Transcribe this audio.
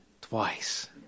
twice